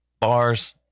bars